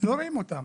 לא רואים אותם.